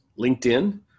LinkedIn